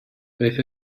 beth